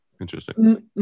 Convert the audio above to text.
Interesting